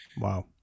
Wow